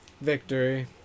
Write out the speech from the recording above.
Victory